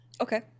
Okay